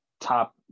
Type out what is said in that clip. top